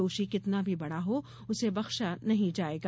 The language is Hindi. दोषी कितना भी बड़ा हो उसे बक्शा नहीं जायेगा